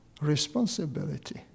responsibility